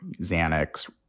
Xanax